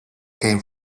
came